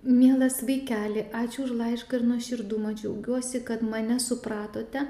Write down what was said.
mielas vaikeli ačiū už laišką ir nuoširdumą džiaugiuosi kad mane supratote